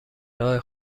راه